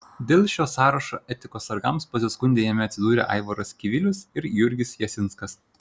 dėl šio sąrašo etikos sargams pasiskundė jame atsidūrę aivaras kivilius ir jurgis jasinskas